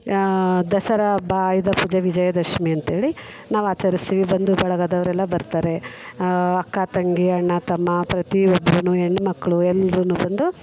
ದಸರಾ ಹಬ್ಬ ಆಯುಧ ಪೂಜೆ ವಿಜಯ ದಶಮಿ ಅಂಥೇಳಿ ನಾವು ಆಚರಿಸ್ತೀವಿ ಬಂದು ಬಳಗದವರೆಲ್ಲ ಬರ್ತಾರೆ ಅಕ್ಕ ತಂಗಿ ಅಣ್ಣ ತಮ್ಮ ಪ್ರತಿಯೊಬ್ರೂನು ಹೆಣ್ಮಕ್ಳು ಎಲ್ಲರೂನು ಬಂದು